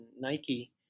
Nike